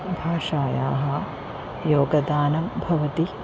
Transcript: भाषायाः योगदानं भवति